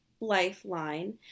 lifeline